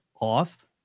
off